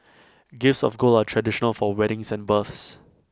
gifts of gold are traditional for weddings and births